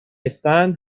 اسفند